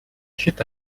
хэт